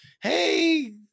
hey